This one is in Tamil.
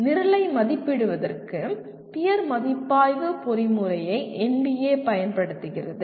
நிரலை மதிப்பிடுவதற்கு பியர் மதிப்பாய்வு பொறிமுறையை NBA பயன்படுத்துகிறது